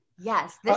Yes